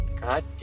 God